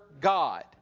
God